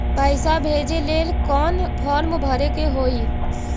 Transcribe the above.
पैसा भेजे लेल कौन फार्म भरे के होई?